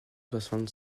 soixante